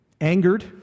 Angered